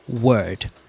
Word